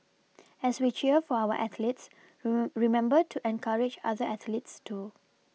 as we cheer for our athletes remember to encourage other athletes too